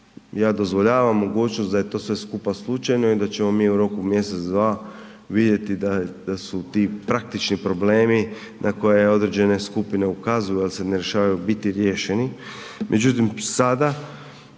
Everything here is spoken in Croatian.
ja dozvoljavam mogućnost da je to sve skupa slučajno i da ćemo mi u roku mjesec, dva vidjeti da su ti praktični problemi na koje određene skupine ukazuju jer se ne rješavaju, biti riješeni.